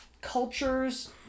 cultures